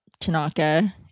Tanaka